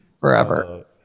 Forever